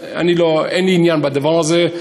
אין לי עניין בדבר הזה.